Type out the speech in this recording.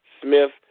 Smith